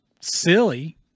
silly